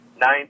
Nine